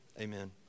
Amen